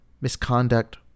misconduct